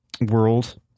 world